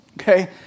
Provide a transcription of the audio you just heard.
Okay